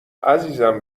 عزیزم